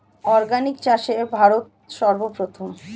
organic চাষে ভারত সর্বপ্রথম